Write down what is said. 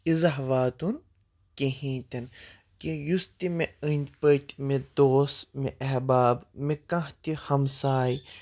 اِزاہ واتُن کِہیٖنۍ تہِ نہٕ کہِ یُس تہِ مےٚ أنٛدۍ پٔکۍ مےٚ دوس مےٚ احباب مےٚ کانٛہہ تہِ ہَمساے